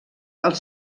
els